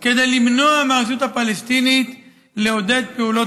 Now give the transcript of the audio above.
כדי למנוע מהרשות הפלסטינית לעודד פעילות